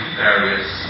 various